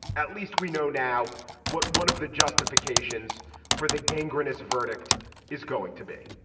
at least we know now what one of the justifications for the gangrenous verdict is going to be